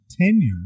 tenure